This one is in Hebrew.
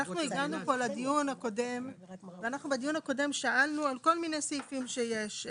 אנחנו בדיון הקודם שאלנו על כל מיני סעיפים שיש.